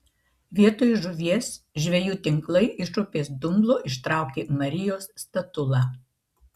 vietoj žuvies žvejų tinklai iš upės dumblo ištraukė marijos statulą